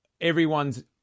everyone's